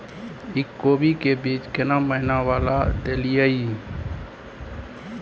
इ कोबी के बीज केना महीना वाला देलियैई?